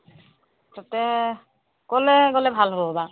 তাতে ক'লে গ'লে ভাল হ'ব বাৰু